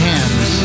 Hands